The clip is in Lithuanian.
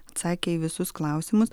atsakė į visus klausimus